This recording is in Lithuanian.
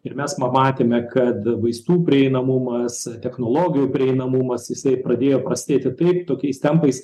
ir mes pamatėme kad vaistų prieinamumas technologijų prieinamumas jisai pradėjo prastėti taip tokiais tempais